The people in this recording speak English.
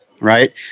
right